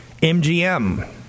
MGM